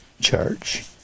church